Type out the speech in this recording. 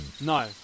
No